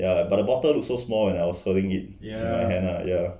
yeah but the bottle look so small when I was holding it in the hand lah